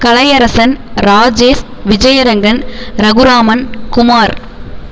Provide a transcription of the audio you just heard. Kalaiyarasan Rajesh Vijayarangan Raghuraman Kumar